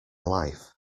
life